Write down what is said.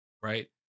right